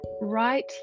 right